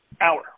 hour